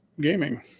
gaming